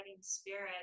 spirit